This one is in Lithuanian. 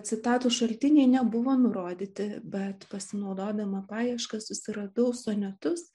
citatų šaltiniai nebuvo nurodyti bet pasinaudodama paieškas susiradau sonetus